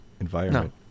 environment